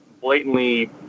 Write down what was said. blatantly